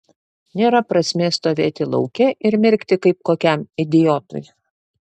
nėra prasmės stovėti lauke ir mirkti kaip kokiam idiotui